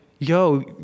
Yo